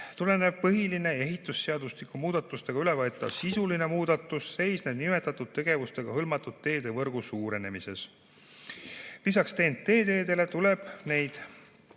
tulenev põhiline ehitusseadustiku muudatustega üle võetav sisuline muudatus seisneb nimetatud tegevustega hõlmatud teedevõrgu suurenemises. Lisaks TEN-T teedele tuleb neid